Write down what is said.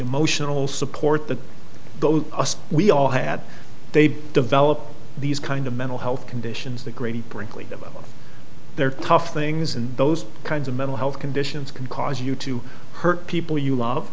emotional support the us we all had they develop these kind of mental health conditions the great brinkley about their tough things and those kinds of mental health conditions can cause you to hurt people you love